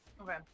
Okay